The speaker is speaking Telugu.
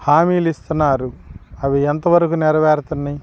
హామీలు ఇస్తున్నారు అవి ఎంతవరకు నెరవేరుతున్నాయి